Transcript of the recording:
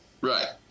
Right